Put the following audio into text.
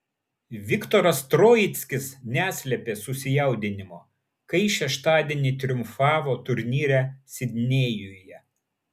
viktoras troickis neslėpė susijaudinimo kai šeštadienį triumfavo turnyre sidnėjuje